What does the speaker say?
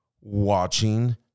watching